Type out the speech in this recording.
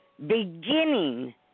beginning